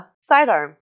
sidearm